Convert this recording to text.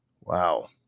Wow